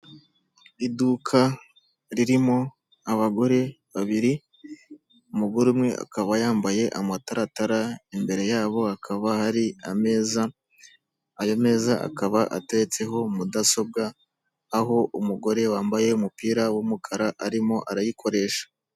Iduka ririmo abagore babiri, umugore umwe akaba yambaye amataratara, imbere yabo hakaba hari ameza, ayo meza akaba atetseho mudasobwa, aho umugore wambaye umupira w'umukara arimo arayikoresha.